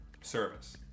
service